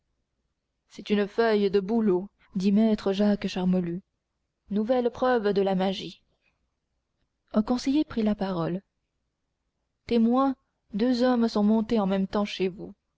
c'est une feuille de bouleau dit maître jacques charmolue nouvelle preuve de la magie un conseiller prit la parole témoin deux hommes sont montés en même temps chez vous